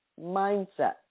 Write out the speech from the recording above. mindset